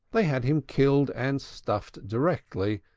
they had him killed and stuffed directly,